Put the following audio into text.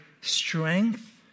strength